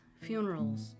funerals